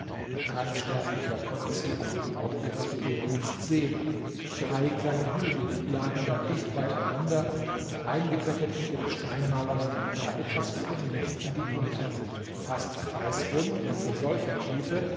kein sterblicher konnte sie an dem ort ihres begegnens sehen drei kleine hügel lagen da dicht beieinander und eingebettet in ihren steinmauern war etwas wie ein loch in die unterwelt fast kreisrund und von solcher tiefe